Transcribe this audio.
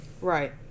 Right